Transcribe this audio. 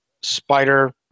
spider